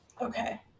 Okay